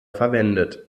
verwendet